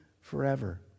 forever